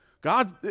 God